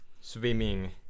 swimming